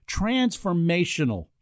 transformational